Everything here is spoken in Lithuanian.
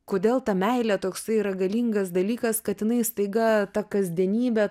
kodėl ta meilė toksai yra galingas dalykas kad jinai staiga tą kasdienybę